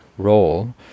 role